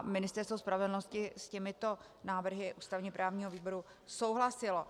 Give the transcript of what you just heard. Ministerstvo spravedlnosti s těmito návrhy ústavněprávního výboru souhlasilo.